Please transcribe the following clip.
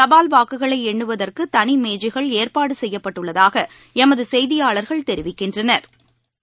தபால் வாக்குகளை எண்ணுவதற்கு தனி மேஜைகள் ஏற்பாடு செய்யப்பட்டுள்ளதாக எமது செய்தியாளா்கள் தெரிவிக்கின்றனா்